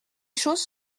choses